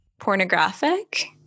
pornographic